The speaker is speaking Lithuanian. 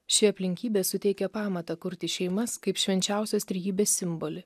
ši aplinkybė suteikia pamatą kurti šeimas kaip švenčiausios trejybės simbolį